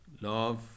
love